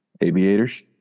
Aviators